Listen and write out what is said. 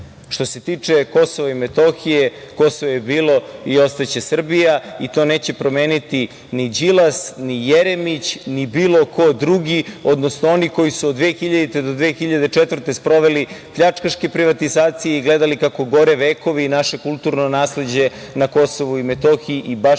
se tiče Kosova i Metohije, Kosovo je bilo i ostaće Srbija. To neće promeniti ni Đilas, ni Jeremić, ni bilo ko drugi, odnosno oni koji su od 2002. do 2004. godine sproveli pljačkaške privatizacije i gledali kako gore vekovi i naše kulturno nasleđe na Kosovu i Metohiji i baš